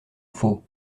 faux